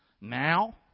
Now